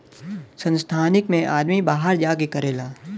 संस्थानिक मे आदमी बाहर जा के करेला